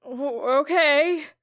Okay